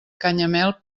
canyamel